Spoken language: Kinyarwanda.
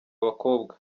bakobwa